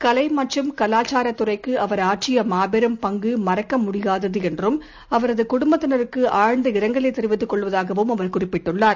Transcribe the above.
கலைமற்றும் கலாச்சாரத் துறைக்குஅவர் ஆற்றியமாபெரும் பங்குமறக்கமுடியாததுஎன்றும் அவரதுகுடும்பத்தினருக்குஆழ்நத இரங்கலைத் தெரிவித்துக் கொள்வதாகவும் அவர் குறிப்பிட்டுள்ளார்